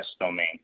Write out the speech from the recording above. domain